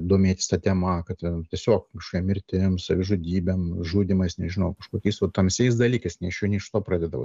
domėtis ta tema kad ten tiesiog kažkokia mirtim savižudybėm žudymais nežinau kažkokiais va tamsiais dalykais nei iš šio nei iš to pradeda vat